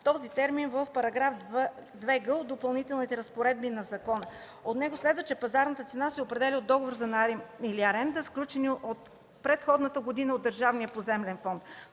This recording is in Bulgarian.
този термин в § 2г от Допълнителните разпоредби на закона. От него следва, че пазарната цена се определя от договор за наем или аренда, сключени от предходната година от Държавния поземлен фонд.